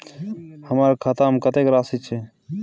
हमर खाता में कतेक राशि छै?